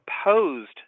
opposed